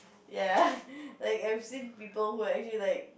ya like I have seen people who actually like